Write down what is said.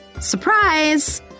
surprise